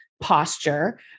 posture